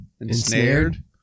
Ensnared